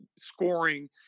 scoring